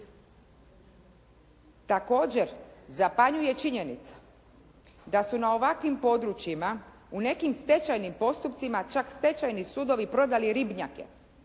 Također, zapanjuje činjenica da su na ovakvim područjima u nekim stečajnim postupcima čak stečajni sudovi prodali ribnjake